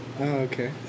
okay